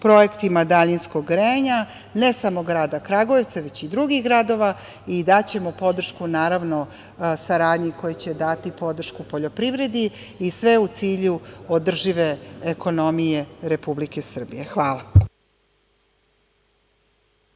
projektima daljinskog grejanja, ne samo grada Kragujevca, već i drugih gradova i daćemo podršku saradnji koja će dati podršku poljoprivredi i sve u cilju održive ekonomije Republike Srbije. Hvala.